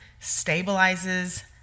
stabilizes